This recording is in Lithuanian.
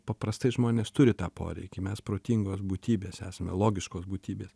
paprastai žmonės turi tą poreikį mes protingos būtybės esame logiškos būtybės